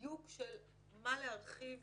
בדיוק של מה להרחיב